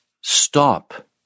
stop